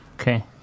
Okay